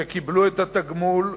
שקיבלו את התגמול,